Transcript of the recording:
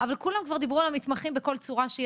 כולם כבר דיברו על המתמחים בכל צורה שהיא,